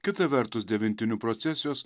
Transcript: kita vertus devintinių procesijos